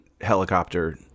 helicopter